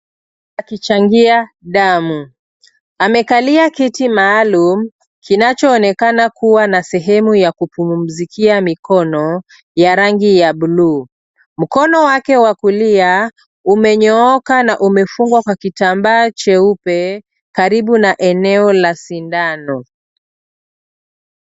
...akichangia damu. Amekalia kiti maalum kinachoonekana kuwa na sehemu ya kupumzikia mkono ya rangi ya bluu. Mkono wake wa kulia umenyooka na umefungwa kwa kitambaa cheupe karibu na eneo la sindano.